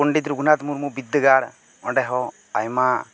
ᱯᱚᱱᱰᱤᱛ ᱨᱟᱹᱜᱷᱩᱱᱟᱛᱷ ᱢᱩᱨᱢᱩ ᱵᱤᱫᱽᱫᱟᱹᱜᱟᱲ ᱚᱸᱰᱮ ᱦᱚᱸ ᱟᱭᱢᱟ